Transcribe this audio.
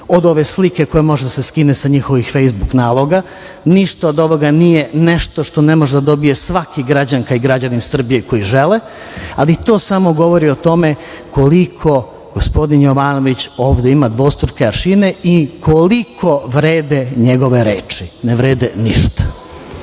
od ove slike koja može da se skine sa njihovih fejsbuk naloga, ništa od ovoga nije nešto što ne može da dobije svaki građanka i građanin Srbije, koji žele, ali to samo govori o tome koliko gospodin Jovanović ovde ima dvostruke aršine i koliko vrede njegove reči. Ne vrede ništa.